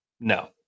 No